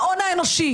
ההון האנושי,